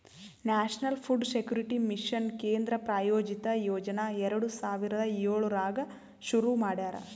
national Food Security Mission ಕೇಂದ್ರ ಪ್ರಾಯೋಜಿತ ಯೋಜನಾ ಎರಡು ಸಾವಿರದ ಏಳರಾಗ್ ಶುರು ಮಾಡ್ಯಾರ